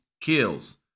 Kills